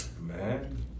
Man